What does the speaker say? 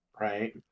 right